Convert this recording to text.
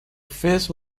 face